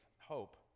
hope